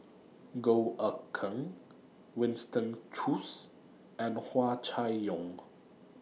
Goh Eck Kheng Winston Choos and Hua Chai Yong